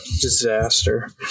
disaster